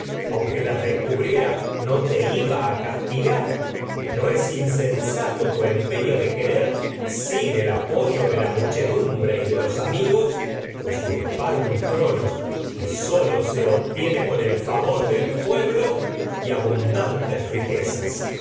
aunque las descubriera de te iba a castigar no apoyo insensato tu y empeño querer sin el de la muchedumbre de los amigos usur par un y trono que sólo se obtiene con el favor del pueblo abundantes riquezas